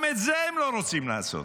גם את זה הם לא רוצים לעשות.